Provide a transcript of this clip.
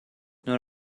non